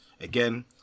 Again